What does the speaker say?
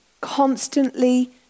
Constantly